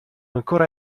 ancora